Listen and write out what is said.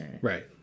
Right